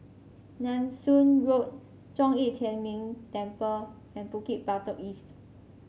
Nanson Road Zhong Yi Tian Ming Temple and Bukit Batok East